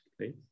please